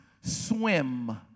swim